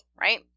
right